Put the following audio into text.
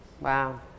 Wow